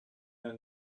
der